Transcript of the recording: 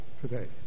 today